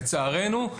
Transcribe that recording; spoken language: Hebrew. לצערנו,